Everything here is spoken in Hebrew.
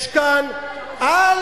לא במדינת ישראל.